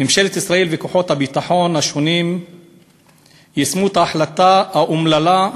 ממשלת ישראל וכוחות הביטחון השונים יישמו את ההחלטה האומללה,